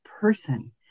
person